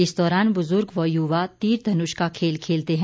इस दौरान बुजुर्ग व युवा तीर धनुष का खेल खेलते हैं